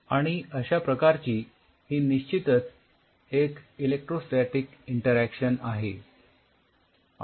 आणि अश्या प्रकारची ही निश्चितच एक इलेक्ट्रोस्टॅटीक इंटरॅक्शन आहे